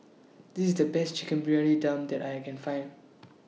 This IS The Best Chicken Briyani Dum that I Can Find